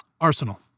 Arsenal